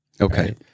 Okay